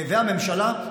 והממשלה,